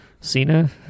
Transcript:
Cena